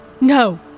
No